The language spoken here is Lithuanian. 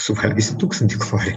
suvalgysi tūkstantį kalorijų